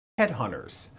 headhunters